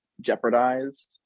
jeopardized